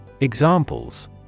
Examples